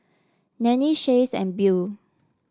Nannie Chace and Beau